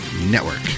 Network